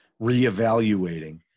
reevaluating